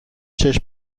چشم